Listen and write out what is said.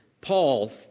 Paul